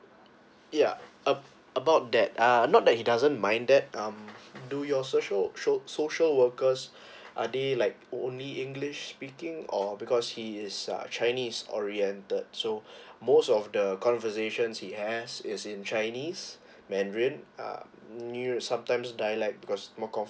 yeah abo~ about that uh not that he doesn't minded um do your social so~ social workers are they like only english speaking or because he is a chinese oriented so most of the conversations he has is in chinese mandarin uh sometimes dialect because more